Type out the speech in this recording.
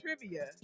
trivia